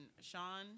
Sean